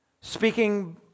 Speaking